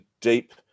deep